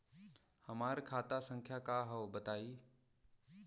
हमार खाता संख्या का हव बताई?